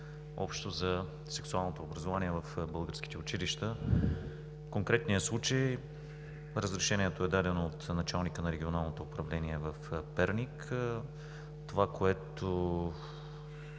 общо за сексуалното образование в българските училища. В конкретния случай разрешението е дадено от началника на Регионалното управление в Перник. Това, което